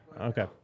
Okay